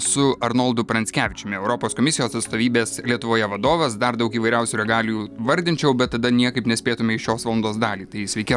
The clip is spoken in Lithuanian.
su arnoldu pranckevičiumi europos komisijos atstovybės lietuvoje vadovas dar daug įvairiausių regalijų vardinčiau bet tada niekaip nespėtume į šios valandos dalį tai sveiki